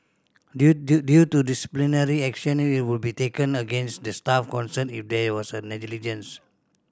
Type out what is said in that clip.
due due due to disciplinary action it will be taken against the staff concerned if there was a negligence